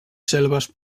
selves